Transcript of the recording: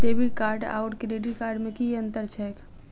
Debit card आओर credit card मे की अन्तर छैक?